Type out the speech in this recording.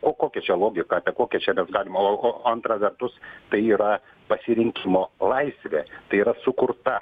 o kokia čia logika apie kokią čia mes galim o antra vertus tai yra pasirinkimo laisvė tai yra sukurta